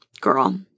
girl